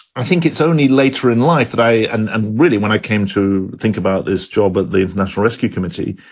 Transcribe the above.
i think it's only later in life that i and and really when i came to think about this job at the international rescue committee,